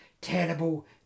terrible